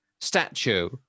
statue